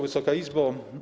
Wysoka Izbo!